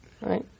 Right